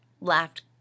laughed